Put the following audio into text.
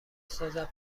سازد